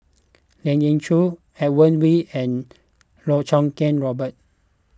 Lien Ying Chow Edmund Wee and Loh Choo Kiat Robert